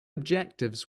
objectives